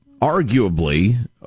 arguably